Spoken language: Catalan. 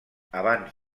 abans